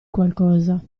qualcosa